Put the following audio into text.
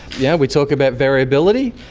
yeah, we talked about variability,